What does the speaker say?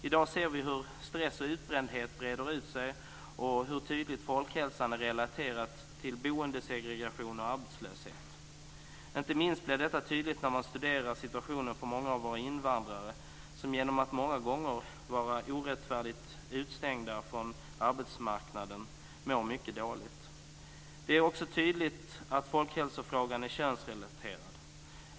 I dag ser vi hur stress och utbrändhet breder ut sig och hur tydligt folkhälsan är relaterad till boendesegregation och arbetslöshet. Inte minst blir detta tydligt när man studerar situationen för många av våra invandrare som genom att de många gånger är orättfärdigt utestängda från arbetsmarknaden mår mycket dåligt. Det är också tydligt att folkhälsofrågan är könsrelaterad.